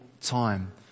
time